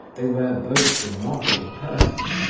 they were both remarkable persons,